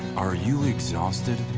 are you exhausted?